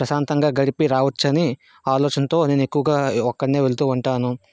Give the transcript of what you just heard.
ప్రశాంతంగా గడిపి రావచ్చు అని ఆలోచనతో నేను ఎక్కువగా ఒక్కడినే వెళ్తూ ఉంటాను